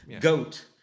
Goat